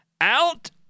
out